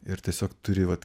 ir tiesiog turi vat